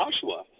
Joshua